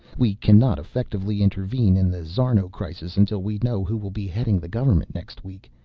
we cannot effectively intervene in the szarno crisis until we know who will be heading the government next week.